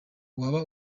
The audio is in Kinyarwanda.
waba